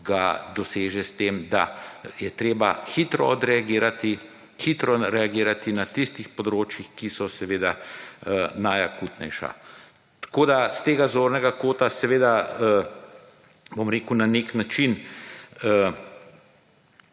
ga doseže s tem, da je treba hitro odreagirati, hitro reagirati na tistih področjih, ki so seveda najakutnejša. Tako da, s tega zornega kota, seveda, bom rekel, na nek način,